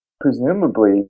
presumably